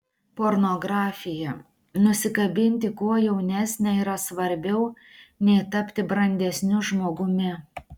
pornografija nusikabinti kuo jaunesnę yra svarbiau nei tapti brandesniu žmogumi